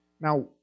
Now